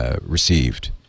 received